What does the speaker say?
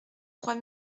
trois